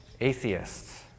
atheists